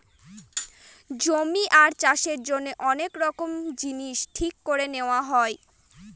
জমি আর চাষের জন্য অনেক জিনিস ঠিক করে নেওয়া হয়